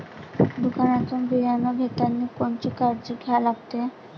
दुकानातून बियानं घेतानी कोनची काळजी घ्या लागते?